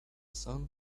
sun